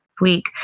week